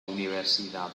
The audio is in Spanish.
universidad